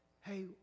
Hey